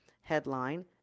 headline